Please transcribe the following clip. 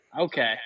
Okay